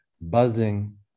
buzzing